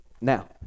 Now